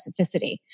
specificity